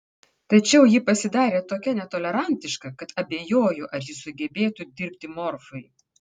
tačiau ji pasidarė tokia netolerantiška kad abejoju ar ji sugebėtų dirbti morfui